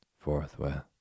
forthwith